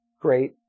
Great